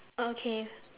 okay